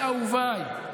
שנה וארבעה חודשים,